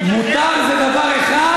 מותר זה דבר אחד,